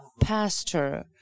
pastor